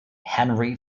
henry